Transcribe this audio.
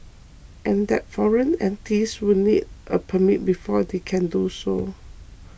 and that foreign entities will need a permit before they can do so